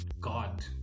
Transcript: God